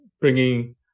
bringing